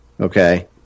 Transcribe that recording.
Okay